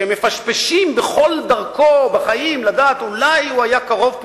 שמפשפשים בכל דרכו בחיים לדעת אולי הוא היה קרוב,